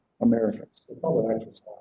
Americans